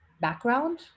background